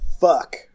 Fuck